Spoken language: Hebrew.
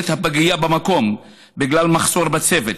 את הפגייה במקום בגלל מחסור באנשי צוות.